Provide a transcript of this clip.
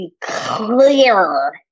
clearer